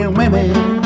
women